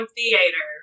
Theater